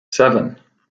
seven